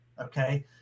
okay